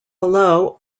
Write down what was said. below